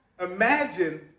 Imagine